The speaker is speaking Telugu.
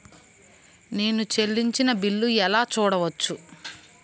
నేను చెల్లించిన బిల్లు ఎలా చూడవచ్చు?